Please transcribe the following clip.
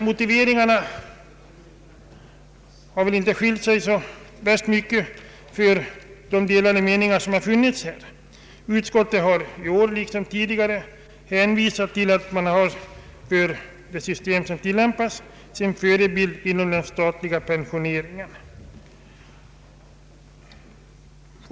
Motiveringarna på ömse håll har väl inte ändrats så mycket. Utskottet har i år liksom tidigare hänvisat till att det system som tillämpats har sin förebild i den statliga pensioneringen.